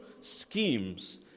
schemes